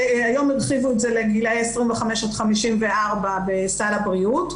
שהיום הרחיבו את זה לגילאי 25 עד 54 בסל הבריאות.